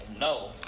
no